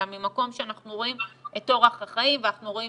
אלא ממקום שאנחנו רואים את אורח החיים ואנחנו רואים